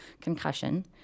concussion